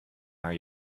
are